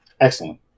Excellent